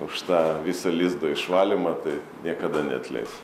už tą visą lizdo išvalymą tai niekada neatleis